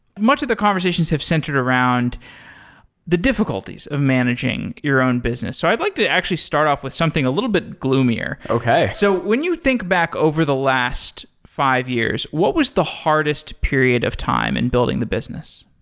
much of the conversations have centered around the difficulties of managing your own business. so i'd like to actually start off with something a little bit gloomier. so when you think back over the last five years, what was the hardest period of time in building the business?